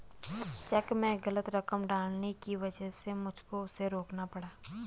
check में गलत रकम डालने की वजह से मुझको उसे रोकना पड़ा